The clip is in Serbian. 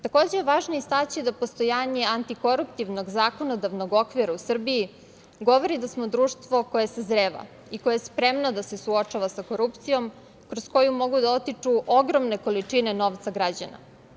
Takođe je važno istaći postojanje antikoruptivnog zakonodavnog okvira u Srbije govori da smo društvo koje sazreva i koje je spremno da se suočava sa korupcijom, kroz koju mogu da otiču ogromne količine novca građana.